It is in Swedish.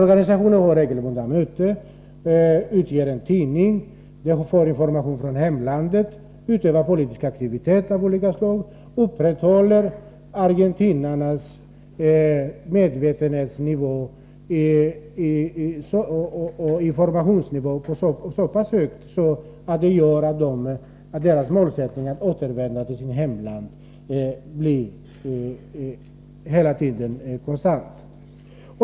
Organisationen har regelbundna möten, utger en tidning, får information från hemlandet, utövar politisk aktivitet av olika slag och upprätthåller argentinarnas medvetenhetsnivå och informationsnivå så pass att deras målsättning att återvända till sitt hemland hela tiden är konstant.